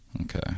Okay